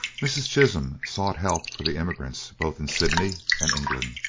mrs. chisholm sought help for the emigrants both in sydney and england,